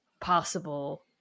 possible